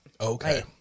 okay